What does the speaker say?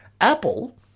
Apple